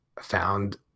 found